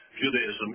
Judaism